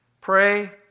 Pray